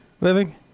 living